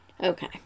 okay